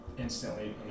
instantly